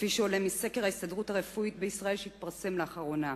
שעולים מסקר ההסתדרות הרפואית בישראל שהתפרסם לאחרונה.